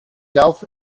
self